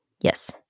Yes